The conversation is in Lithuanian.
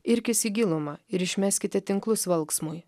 irkis į gilumą ir išmeskite tinklus valksmui